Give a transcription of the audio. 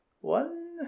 one